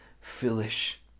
foolish